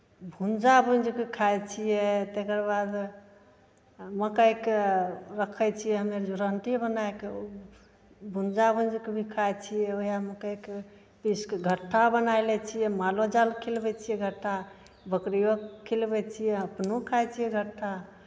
भूजा भूजि कऽ खाइ छियै तकरबाद मकइके रखै छियै हमे रहण्टी बनाए कऽ भूजा भूजि कऽ भी खाइ छियै उएह मकइके पीस कऽ घट्टा बनाए लै छियै मालो जालकेँ खिलबै छियै घट्टा बकरिओकेँ खिलबै छियै अपनो खाइ छियै घट्टा